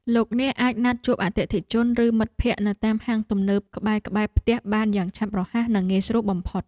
លោកអ្នកអាចណាត់ជួបអតិថិជនឬមិត្តភក្តិនៅតាមហាងទំនើបៗក្បែរផ្ទះបានយ៉ាងឆាប់រហ័សនិងងាយស្រួលបំផុត។